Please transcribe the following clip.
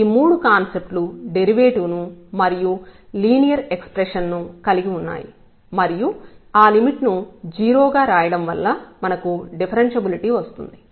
ఈ మూడు కాన్సెప్ట్లు డెరివేటివ్ ను మరియు లీనియర్ ఎక్స్ప్రెషన్ ను కలిగి ఉన్నాయి మరియు ఆ లిమిట్ ను 0 గా రాయడం వల్ల మనకు డిఫరెన్షబులిటీ వస్తుంది